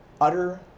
utter